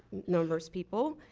number's people,